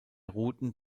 routen